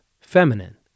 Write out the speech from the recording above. feminine